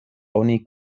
oni